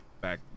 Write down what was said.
back